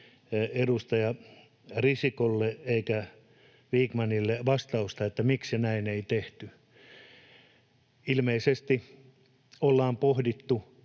edustaja Risikolle eikä Vikmanille vastausta, miksi näin ei tehty. Ilmeisesti ollaan pohdittu,